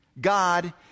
God